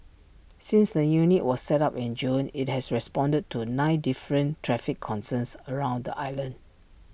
since the unit was set up in June IT has responded to nine different traffic concerns around the island